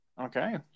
okay